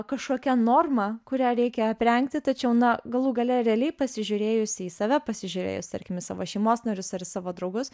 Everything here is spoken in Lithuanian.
kažkokia norma kurią reikia aprengti tačiau na galų gale realiai pasižiūrėjus į save pasižiūrėjus tarkim į savo šeimos narius ar į savo draugus